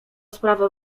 sprawę